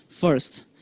First